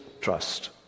trust